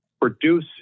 produce